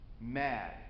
mad